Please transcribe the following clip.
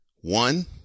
One